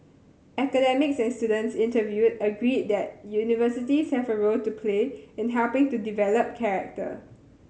academics and students interviewed agreed that universities have a role to play in helping to develop character